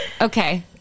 okay